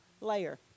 layer